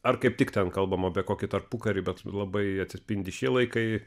ar kaip tik ten kalbama apie kokį tarpukarį bet labai atspindi šie laikai